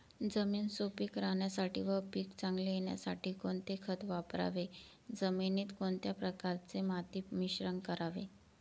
जमीन सुपिक राहण्यासाठी व पीक चांगले येण्यासाठी कोणते खत वापरावे? जमिनीत कोणत्या प्रकारचे माती मिश्रण करावे?